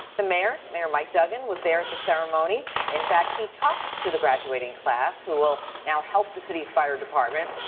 the mayor, mayor mike duggan was there at the ceremony and in fact, he talked to the graduating class who will now help the city's fire department.